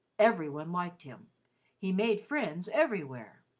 every one liked him he made friends everywhere.